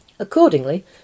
Accordingly